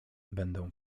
będą